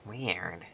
Weird